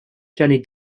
jenny